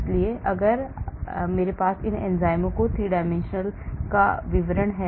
इसलिए अगर मेरे पास इन एंजाइमों की 3 dimensional का विवरण है